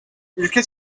ülke